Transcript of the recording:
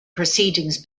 proceedings